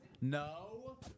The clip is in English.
No